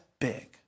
big